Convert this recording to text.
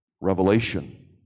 revelation